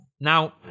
Now